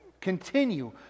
continue